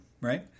right